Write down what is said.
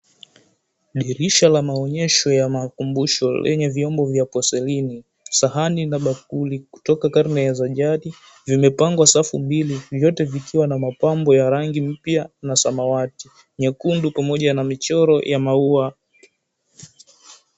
Dirisha la maonyesho ya makumbusho lenye vyombo vya hotelini , sahani na bakuli kutoka karne za jadi zimepangwa safu mbili zote vikiwa na mapambo ya rangi mpya ya samawati , nyekundu pamoja na vichoro vya maua.